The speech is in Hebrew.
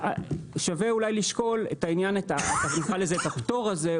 שווה אולי לשקול את העניין נקרא לזה את הפטור הזה,